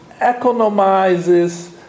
economizes